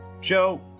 Joe